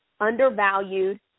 undervalued